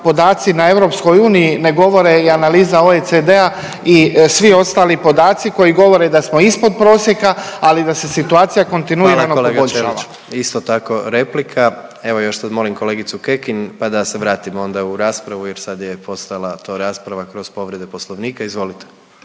podaci na EU ne govore i analiza OECD-a i svi ostali podaci koji govore da smo ispod prosjeka ali da se situacija kontinuirano poboljšava. **Jandroković, Gordan (HDZ)** Hvala kolega Ćelić. Isto tako replika, evo još sad molim kolegicu Kekin pa da se vratimo onda u raspravu jer sad je postala to rasprava kroz povrede Poslovnika. Izvolite.